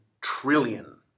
trillion